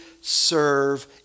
serve